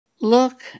Look